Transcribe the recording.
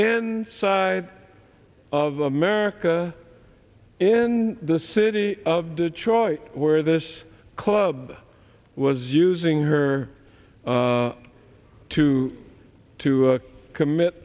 and side of america in the city of detroit where this club was using her to to commit